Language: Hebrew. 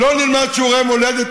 לא נלמד שיעורי מולדת